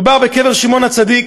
מדובר בקבר שמעון הצדיק,